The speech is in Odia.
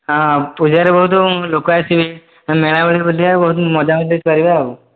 ହଁ ପୂଜାରେ ବହୁତ ଲୋକ ଆସିବେ ମେଳା ବି ବୁଲିବା ବହୁତ ମଜା ମଜ୍ଲିସ୍ କରିବା ଆଉ